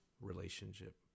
relationship